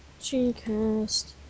Gcast